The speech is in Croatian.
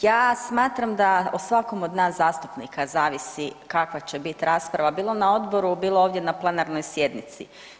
Ja smatram da o svakom od nas zastupnika zavisi kaka će biti rasprava bilo na odboru, bilo ovdje na plenarnoj sjednici.